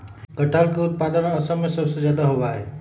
कटहल के उत्पादन असम में सबसे ज्यादा होबा हई